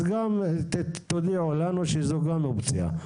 אז תודיעו לנו שזו גם אופציה.